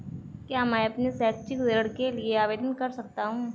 क्या मैं अपने शैक्षिक ऋण के लिए आवेदन कर सकता हूँ?